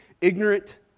ignorant